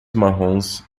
marrons